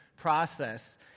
process